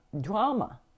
drama